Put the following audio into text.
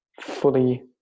fully